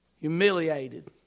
humiliated